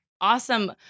awesome